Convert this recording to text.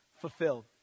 fulfilled